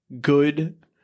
good